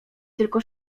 tylko